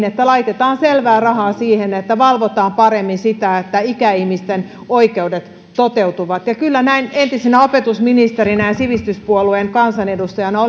että laitetaan selvää rahaa siihen että valvotaan paremmin sitä että ikäihmisten oikeudet toteutuvat kyllä näin entisenä opetusministerinä ja sivistyspuolueen kansanedustajana